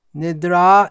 nidra